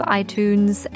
iTunes